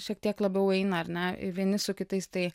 šiek tiek labiau eina ar ne vieni su kitais tai